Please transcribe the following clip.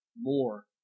more